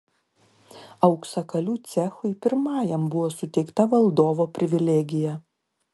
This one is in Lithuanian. auksakalių cechui pirmajam buvo suteikta valdovo privilegija